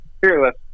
Fearless